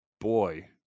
boy